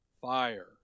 fire